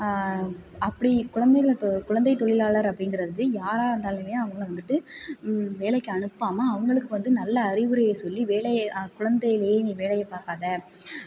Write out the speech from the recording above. அப்படி குழந்தைகளை குழந்தை தொழிலாளர் அப்படிங்குறது யாராக இருந்தாலும் அவங்களை வந்துட்டு வேலைக்கு அனுப்பாமல் அவங்களுக்கு வந்து நல்ல அறிவுரையை சொல்லி வேலையை குழந்தையிலேயே நீ வேலை பாக்காதே